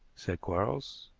said quarles.